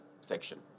section